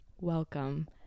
Welcome